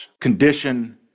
condition